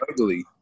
ugly